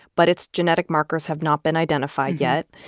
but its genetic markers have not been identified yet.